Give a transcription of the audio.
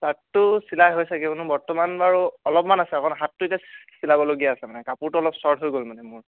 শ্ৱাৰ্টটো চিলাই হৈছেগৈ এনো বৰ্তমান বাৰু অলপমান আছে অকল হাতটো এতিয়া চিলাবলগীয়া আছে মানে কাপোৰটো অলপ শ্ৱৰ্ট হৈ গ'ল মানে মোৰ